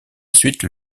suite